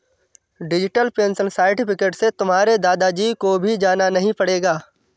digital pension certificate से तुम्हारे दादा जी को भी जाना नहीं पड़ेगा